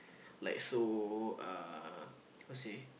like so uh how say